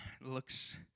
Looks